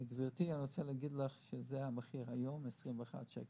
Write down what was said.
גברתי, אני רוצה להגיד לך שזה המחיר היום, 21 שקל.